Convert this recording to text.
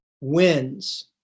wins